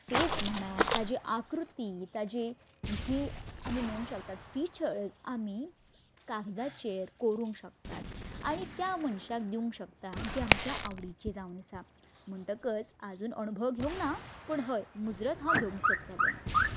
face म्हणा ताजी आकृती ताजी जी तुमी म्हणूंक शकता फिचर्स कागदाचेर करूंक शकतात आनी त्या मनशाक घेवंक शकता आनी जी आमच्या आवडीचे जावन आसा म्हणटकच आजून अणभव घेवंक ना पूण हय मुजरत हांव घेवंक सोदतलें